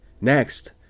Next